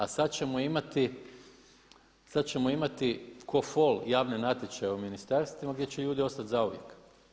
A sad ćemo imati ko fol javne natječaje u ministarstvima gdje će ljudi ostati zauvijek.